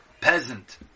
peasant